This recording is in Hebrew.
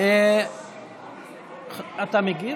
אתה מגיב?